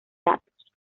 datos